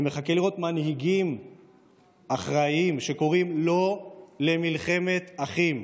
אני מחכה לראות מנהיגים אחראיים שקוראים לא למלחמת אחים.